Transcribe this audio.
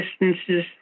distances